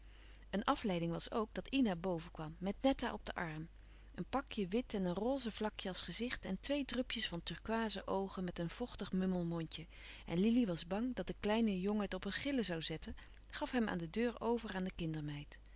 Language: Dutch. een afleiding was ook dat ina boven kwam met netta op den arm een pakje wit en een roze vlakje als gezicht en twee drupjes van turkooizen oogen met een vochtig mummel mondje en lili was bang dat de kleine jongen het op een gillen louis couperus van oude menschen de dingen die voorbij gaan zoû zetten gaf hem aan de deur over aan de